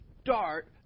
start